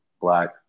Black